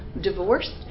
divorced